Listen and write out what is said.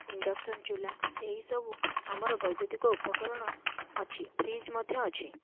induction ଚୁଲା ଏହି ସବୁ ଆମର ବୈଦ୍ୟୁତିକ ଉପକରଣ ଅଛି ଫ୍ରିଜ୍ ମଧ୍ୟ ଅଛି